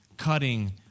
Cutting